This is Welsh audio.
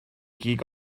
gig